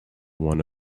one